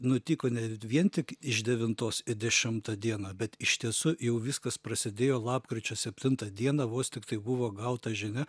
nutiko ne vien tik iš devintos ir dešimtą dieną bet iš tiesų jau viskas prasidėjo lapkričio septintą dieną vos tiktai buvo gauta žinia